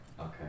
okay